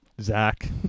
Zach